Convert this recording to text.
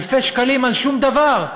אלפי שקלים על שום דבר.